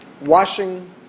washing